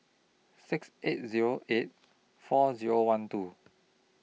six eight Zero eight four Zero one two